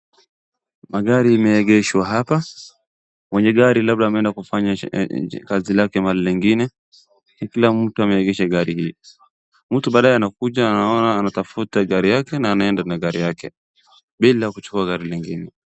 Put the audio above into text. Magari imeegeshwa hapa, mwenye gari labda ameenda kufanya kazi lake mahali lingine na kila mtu ameegesha gari hii, mtu baadae anakuja anaona anatafuta gari yake na anaenda na gari yake bila kuchukua gari lingine.